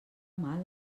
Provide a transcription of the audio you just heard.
mal